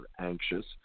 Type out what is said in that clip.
anxious